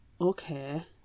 okay